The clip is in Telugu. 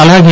అలాగే